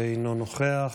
אינו נוכח,